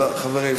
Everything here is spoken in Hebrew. חברים.